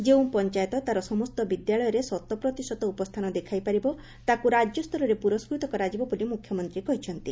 ଯେଉଁ ପଞାୟତ ତାର ସମ୍ଠ ବିଦ୍ୟାଳୟରେ ଶତ ପ୍ରତିଶତ ଉପସ୍ଠାନ ଦେଖାଇପାରିବ ତାକ୍ ରାକ୍ୟ ସ୍ତରରେ ପ୍ରରସ୍କୃତ କରାଯିବ ବୋଲି ମ୍ରଖ୍ୟମନ୍ତୀ କହିଛନ୍ତି